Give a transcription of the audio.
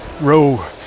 row